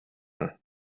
own